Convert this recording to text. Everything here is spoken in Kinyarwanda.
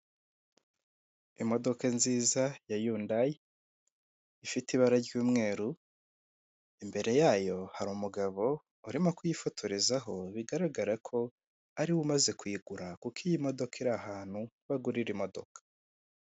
Imodoka nziza ya yundayi ifite ibara ry'umweru. Imbere yayo hari umugabo urimo kuyifotorezaho bigaragara ko ari we umaze kuyigura, kuko iyi modoka iri ahantu bagurira imodoka.